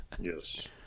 Yes